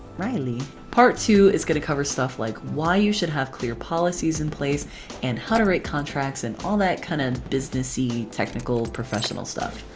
riley? part two is gonna cover stuff like why you should have clear policies in place and how to write contracts and all that kind of business-y technical professional stuff.